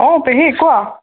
অঁ পেহি কোৱা